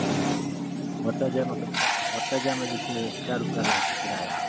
हूँ ओतऽ जाइमे कते ओतऽ जाइमे जे छै कए रुपिआ लागतै किराया